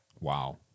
Wow